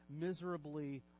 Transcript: miserably